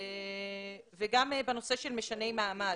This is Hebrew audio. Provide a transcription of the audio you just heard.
וגם בנושא של משני מעמד,